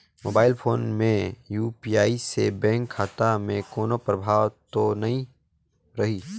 Mobile phone मे UPI से bank खाता मे कोनो प्रभाव तो नइ रही?